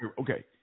Okay